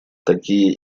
такие